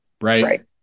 right